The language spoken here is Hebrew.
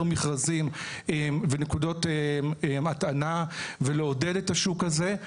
מכרזים ונקודות הטענה ולעודד את השוק הזה.